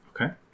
Okay